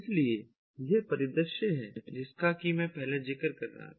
इसलिए यह परिदृश्य है जिसका मैं पहले जिक्र कर रहा था